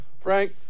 Frank